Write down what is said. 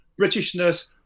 Britishness